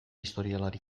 historialari